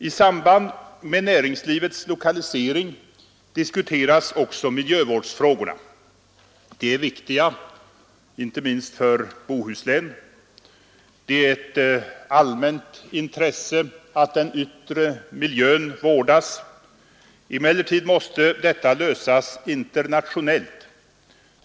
I samband med näringslivets lokalisering diskuteras också miljövårdsfrågorna. De är viktiga, inte minst för Bohuslän. Det är ett allmänt intresse att den yttre miljön vårdas. Emellertid måste detta lösas internationellt.